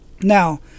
now